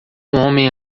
homem